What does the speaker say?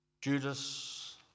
Judas